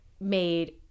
made